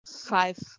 five